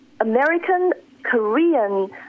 American-Korean